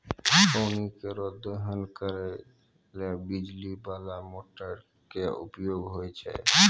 पानी केरो दोहन करै ल बिजली बाला मोटर क उपयोग होय छै